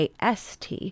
AST